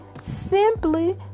simply